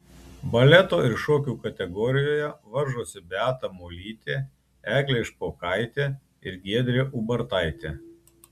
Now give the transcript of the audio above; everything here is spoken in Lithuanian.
baleto ir šokio kategorijoje varžosi beata molytė eglė špokaitė ir giedrė ubartaitė